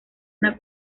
una